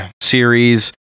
series